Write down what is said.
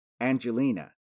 Angelina